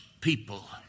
people